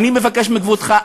אני מבקש מכבודך,